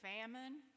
famine